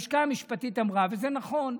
אבל הלשכה המשפטית אמרה, וזה נכון,